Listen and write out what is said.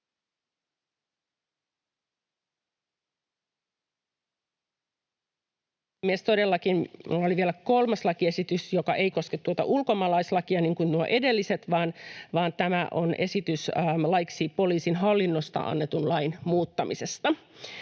minulla oli vielä kolmas lakiesitys, joka ei koske tuota ulkomaalaislakia niin kuin nuo edelliset, vaan tämä on esitys laiksi poliisin hallinnosta annetun lain muuttamisesta.